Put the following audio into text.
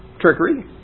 trickery